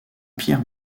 pierre